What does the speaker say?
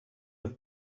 have